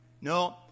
No